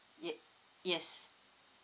ye~ yes